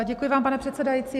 Děkuji vám, pane předsedající.